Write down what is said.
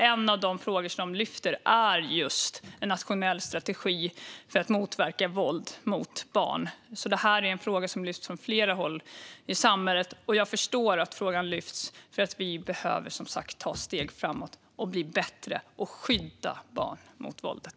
En av de frågor de lyfter är just en nationell strategi för att motverka våld mot barn. Detta är alltså en fråga som lyfts från flera håll i samhället. Och jag förstår att frågan lyfts, för vi behöver som sagt ta steg framåt, bli bättre och skydda barn mot våldet.